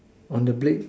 on the blade